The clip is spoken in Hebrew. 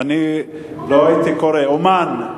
תגיד, אני לא הייתי קורא לו אמן,